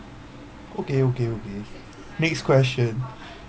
okay okay okay next question